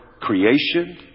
creation